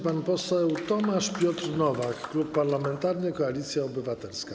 Pan poseł Tomasz Piotr Nowak, Klub Parlamentarny Koalicja Obywatelska.